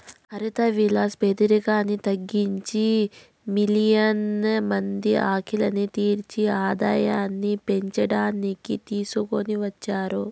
హరిత విప్లవం పేదరికాన్ని తగ్గించేకి, మిలియన్ల మంది ఆకలిని తీర్చి ఆదాయాన్ని పెంచడానికి తీసుకొని వచ్చారు